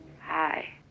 Hi